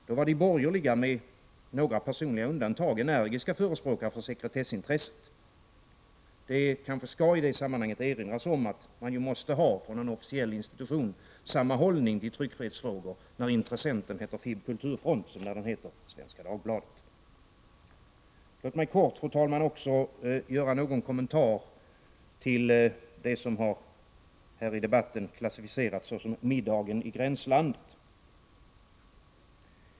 Då var de borgerliga, med undantag för några personer, energiska förespråkare för sekretessintresset. Det skall kanske i det sammanhanget erinras om att man från en officiell institution ju måste ha samma hållning i tryckfrihetsfrågor oavsett om intressenten heter FIB/Kulturfront eller Svenska Dagbladet. Låt mig, fru talman, kort också något kommentera det som här i debatten har klassificerats såsom middagen i gränslandet.